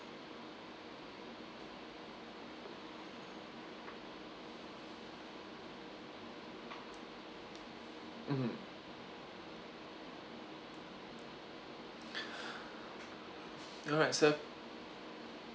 mmhmm alright sir